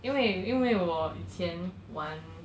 因为因为我以前玩